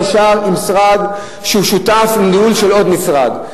נשאר משרד שהוא שותף עם עוד משרד בניהול,